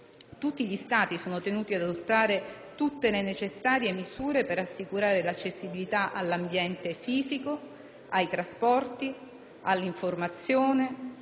tutti gli Stati sono tenuti ad adottare tutte le necessarie misure per assicurare l'accessibilità all'ambiente fisico, ai trasporti, all'informazione,